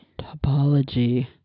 topology